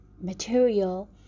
material